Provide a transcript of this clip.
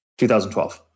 2012